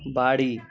বাড়ি